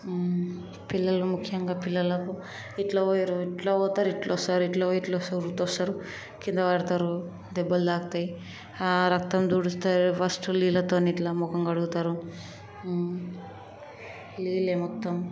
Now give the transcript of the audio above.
పిల్లలు ముఖ్యంగా పిల్లలకు ఇట్లా పోయి ఇట్లా పోతారు ఇట్ల వస్తారు ఇట్ల పోయి ఇట్లా వస్తారు ఉరుకుతా వస్తారు కింద పడతారు దెబ్బలు తాకుతాయి ఆ రక్తం తుడిస్తే ఫస్ట్ నీళ్ళతోనే ఇట్ల ముఖం కడుగుతారు నీళ్ళే మొత్తం